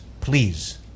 please